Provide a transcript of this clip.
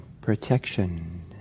protection